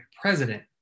president